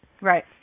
Right